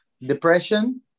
depression